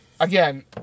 Again